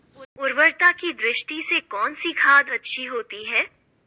उर्वरकता की दृष्टि से कौनसी खाद अच्छी होती है?